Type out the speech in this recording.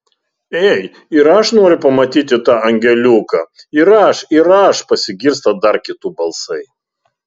ei ir aš noriu pamatyti tą angeliuką ir aš ir aš pasigirsta dar kitų balsai